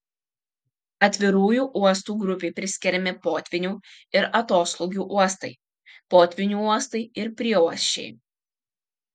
atvirųjų uostų grupei priskiriami potvynių ir atoslūgių uostai potvynių uostai ir prieuosčiai